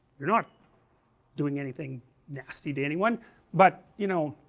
you're not doing anything nasty to anyone but, you know,